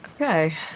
Okay